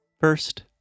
First